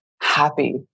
happy